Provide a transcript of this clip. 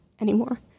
anymore